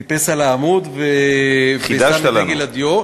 ברן, כן, טיפס על העמוד ושם את דגל הדיו.